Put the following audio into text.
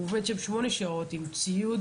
הוא עובד שם שמונה שעות עם ציוד